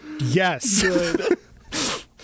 Yes